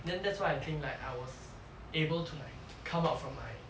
then that's why I think like I was able to like come out from my